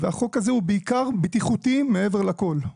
והחוק הזה הוא בעיקר בטיחותי מעבר לכל.